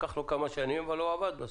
לקח לו כמה שנים, אבל הוא עבד בסוף.